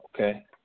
Okay